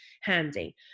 handy